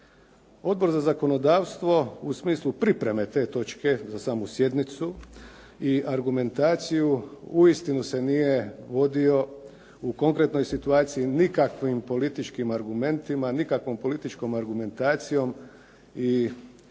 Odbor za zakonodavstvo u smislu pripreme te točke za samu sjednicu i argumentaciju uistinu se nije vodio u konkretnoj situaciji nikakvim političkim argumentima, nikakvom političkom argumentacijom i